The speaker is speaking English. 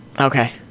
okay